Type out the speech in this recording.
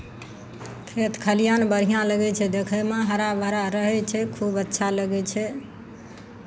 खेत खलिआन बढ़िआँ लगै छै देखयमे हराभरा रहै छै खूब अच्छा लगै छै